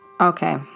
Okay